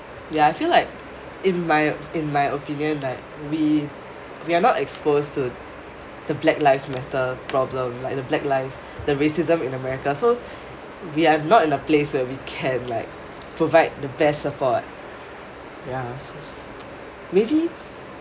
ya I feel like in my in my opinion like we we are not exposed to the black lives matter problem like the black lives the racism in america so we are not in a place where we can like provide the best support ya maybe